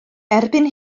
erbyn